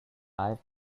i’ve